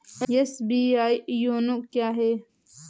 SBI YONO क्या है?